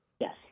Yes